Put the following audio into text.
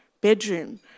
bedroom